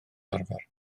arfer